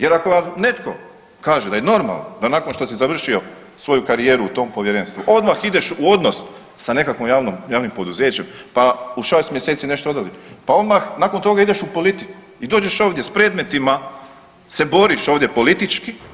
Jer ako vam netko kaže da je normalno da nakon što si završio karijeru u tom povjerenstvu odmah ideš u odnos sa nekakvim javnim poduzećem, pa u šest mjeseci nešto … pa odmah nakon toga ideš u politiku i dođeš ovdje s predmetima se boriš politički.